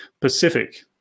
Pacific